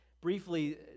Briefly